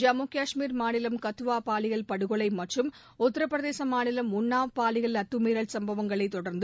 ஜம்மு கஷ்மீர் மாநிலம் கத்துவா பாலியல் படுகொலை மற்றும் உத்தரபிரதேச மாநிலம் உள்னாவ் பாலியல் அத்துமீறல் சம்பவங்களைத் தொடர்ந்து